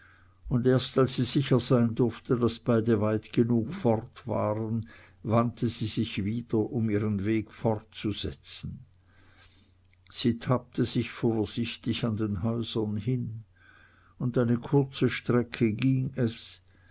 und erst als sie sicher sein durfte daß beide weit genug fort waren wandte sie sich wieder um ihren weg fortzusetzen sie tappte sich vorsichtig an den häusern hin und eine kurze strecke ging es